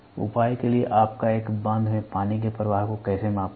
उपाय के लिए आप एक बांध में पानी के प्रवाह को कैसे मापते हैं